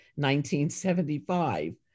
1975